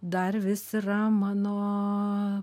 dar vis yra mano